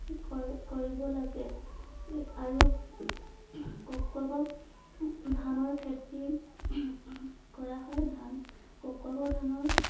কৰে কৰিব লাগে আৰু ককোৱা বাও ধানৰ খেতি কৰা হয় ধান ককোৱা বাও ধানৰ